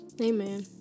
Amen